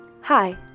Hi